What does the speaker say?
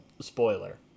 spoiler